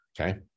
okay